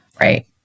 right